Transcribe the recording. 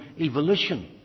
evolution